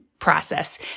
process